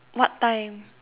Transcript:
what time